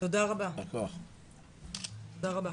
תודה רבה.